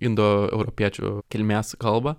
indoeuropiečių kilmės kalbą